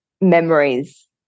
memories